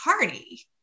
party